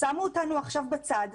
שמו אותנו עכשיו בצד.